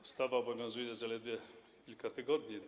Ustawa obowiązuje zaledwie kilka tygodni.